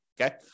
okay